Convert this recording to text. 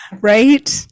right